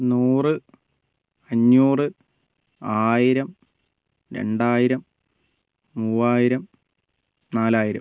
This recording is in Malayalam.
നൂറ് അഞ്ഞൂറ് ആയിരം രണ്ടായിരം മൂവായിരം നാലായിരം